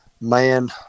Man